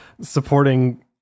supporting